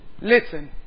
Listen